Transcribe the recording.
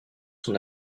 son